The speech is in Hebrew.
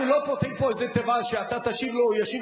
זה לא רק הממשלה עושה צחוק,